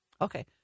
Okay